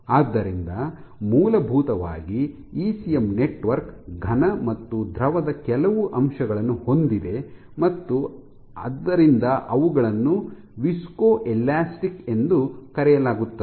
ಆದ್ದರಿಂದ ಮೂಲಭೂತವಾಗಿ ECM network ಘನ ಮತ್ತು ದ್ರವದ ಕೆಲವು ಅಂಶಗಳನ್ನು ಹೊಂದಿದೆ ಮತ್ತು ಆದ್ದರಿಂದ ಅವುಗಳನ್ನು ವಿಸ್ಕೋಎಲಾಸ್ಟಿಕ್ ಎಂದು ಕರೆಯಲಾಗುತ್ತದೆ